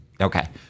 okay